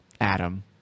Adam